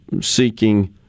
seeking